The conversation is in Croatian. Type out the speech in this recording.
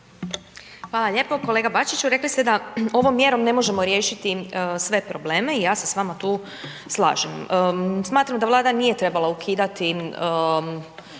Hvala lijepo. Kolega Bačiću, rekli ste da ovom mjerom ne možemo riješiti sve problem i ja se s vama tu slažem. Smatram da Vlada nije trebala ukidati